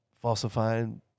falsifying